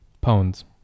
pounds